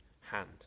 hand